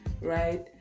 right